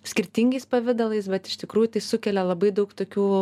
skirtingais pavidalais bet iš tikrųjų tai sukelia labai daug tokių